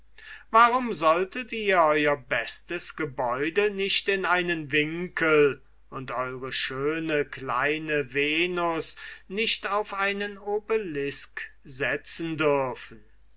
warum solltet ihr euer bestes gebäude nicht in einen winkel und eure schöne kleine venus nicht auf einen obelisk setzen dürfen